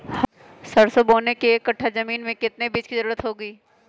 सरसो बोने के एक कट्ठा जमीन में कितने बीज की जरूरत होंगी?